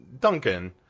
Duncan